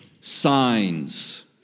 signs